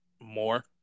more